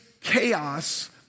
chaos